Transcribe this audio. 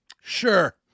Sure